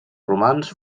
romans